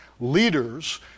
leaders